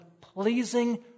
pleasing